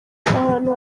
ahantu